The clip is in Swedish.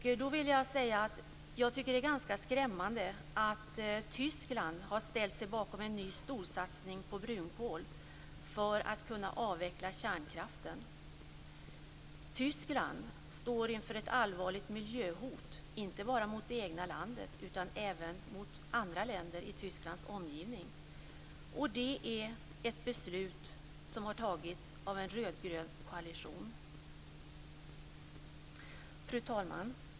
Jag vill säga att jag tycker att det är ganska skrämmande att Tyskland har ställt sig bakom en ny storsatsning på brunkol för att kunna avveckla kärnkraften. Tyskland står inför ett allvarligt miljöhot inte bara mot det egna landet utan även mot andra länder i Tysklands omgivning. Det är ett beslut som har tagits av en rödgrön koalition. Fru talman!